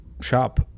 shop